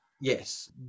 yes